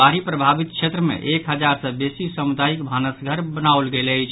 बाढ़ि प्रभावित क्षेत्र मे एक हजार सँ बेसी सामुदायिक भानस घर बनाओल गेल अछि